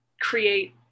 create